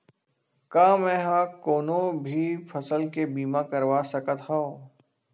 का मै ह कोनो भी फसल के बीमा करवा सकत हव?